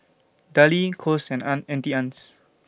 Darlie Kose and Auntie Anne's